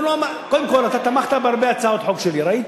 קודם כול, אתה תמכת בהרבה הצעות חוק שלי, ראיתי,